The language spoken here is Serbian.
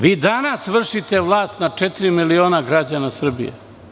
Vi danas vršite vlast nad četiri miliona građana Srbije.